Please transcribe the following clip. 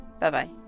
Bye-bye